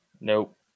Nope